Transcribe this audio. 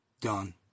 Done